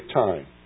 time